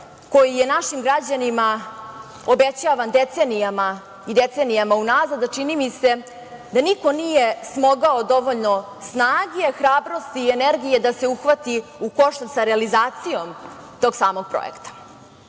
koji je našim građanima obećavan decenijama unazad, a čini mi se da niko nije smogao dovoljno snage, hrabrosti i energije da se uhvati u koštac sa realizacijom tog samog projekta. Podsetiću